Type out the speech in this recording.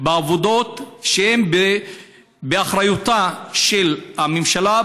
בעבודות שהן באחריות הממשלה,